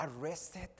arrested